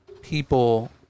people